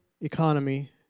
economy